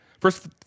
First